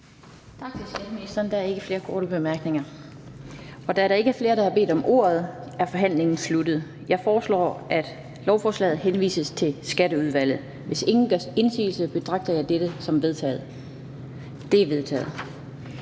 Tak til skatteministeren. Der er ikke flere korte bemærkninger. Da der ikke er flere, der har bedt om ordet, er forhandlingen sluttet. Jeg foreslår, at lovforslaget henvises til Skatteudvalget. Hvis ingen gør indsigelse, betragter jeg dette som vedtaget. Det er vedtaget.